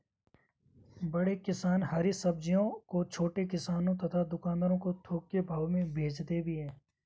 बड़े किसान हरी सब्जियों को छोटे किसानों तथा दुकानदारों को थोक भाव में भेजते भी हैं